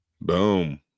Boom